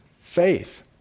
faith